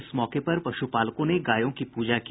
इस मौके पर पशुपालकों ने गायों की पूजा की